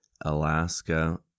alaska